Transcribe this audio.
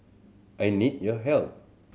I need your help